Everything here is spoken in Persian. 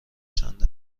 چند